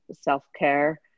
self-care